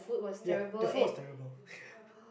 ya the food was terrible